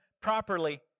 properly